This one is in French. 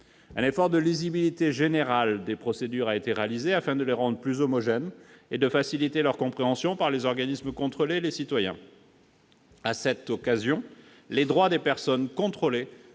Un effort de lisibilité générale des procédures a été réalisé afin de les rendre plus homogènes et de faciliter leur compréhension par les organismes contrôlés et les citoyens. À cette occasion, les droits des personnes contrôlées